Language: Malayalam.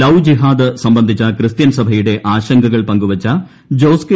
ലൌ ജിഹാദ് സംബന്ധിച്ചു ക്രിസ്ത്യൻ സഭയുടെ ആശങ്കകൾ പങ്കുവച്ച ജോസ് കെ